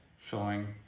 showing